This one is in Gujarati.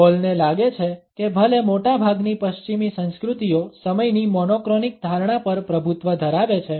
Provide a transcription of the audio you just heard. હોલને લાગે છે કે ભલે મોટાભાગની પશ્ચિમી સંસ્કૃતિઓ સમયની મોનોક્રોનિક ધારણા પર પ્રભુત્વ ધરાવે છે